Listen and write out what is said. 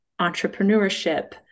entrepreneurship